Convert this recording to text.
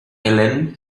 ellen